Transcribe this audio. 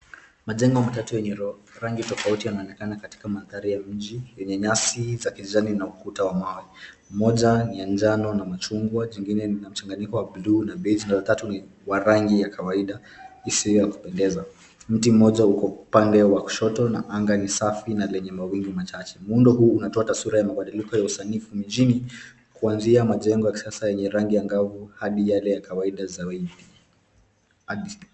Majengo matatu yenye rangi tofauti yanaonekana katika mandhari ya mji yenye nyasi za kijani na ukuta wa mawe. Mmoja ni ya njano na machungwa jingine ni ya mchanganyiko wa buluu na beige na la tatu ni wa rangi ya kawaida isiyo ya kupendeza. Mti mmoja uko upande wa kushoto na anga ni safi na lenye mawingu machache. Muundo huu unatoa taswira ya mabadiliko ya usanifu mjini kuanzia majengo ya kisasa yenye rangi angavu hadi yale ya kawaida za watu.